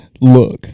look